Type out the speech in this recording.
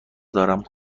دارم